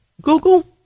Google